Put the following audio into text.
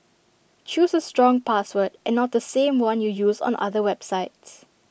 choose A strong password and not the same one you use on other websites